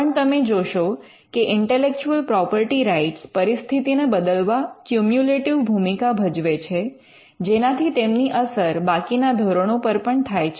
પણ તમે જોશો કે ઇન્ટેલેક્ચુઅલ પ્રોપર્ટી રાઇટ્સ પરિસ્થિતિને બદલવા માં કયુમ્યુલટિવ ભૂમિકા ભજવે છે જેનાથી તેમની અસર બાકીના ધોરણો પર પણ થાય છે